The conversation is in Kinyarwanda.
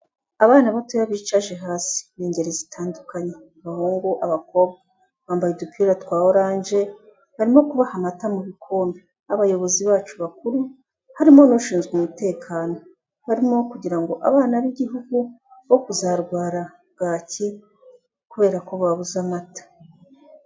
Abana batoya bicaje hasi n'ingeri zitandukanye, abahungu abakobwa, bambaye udupira twa orange barimo kubaha amata mu bikombe. Abayobozi bacu bakuru harimo n'ushinzwe umutekano, barimo kugira ngo abana b'igihugu bo kuzarwara bwaki kubera ko babuze amata.